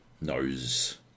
knows